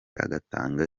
agatanga